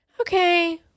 okay